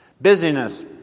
Busyness